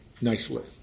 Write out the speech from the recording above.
nicely